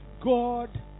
God